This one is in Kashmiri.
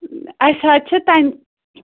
اَسہِ حظ چھِ تَمہِ